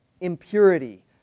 impurity